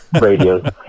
radios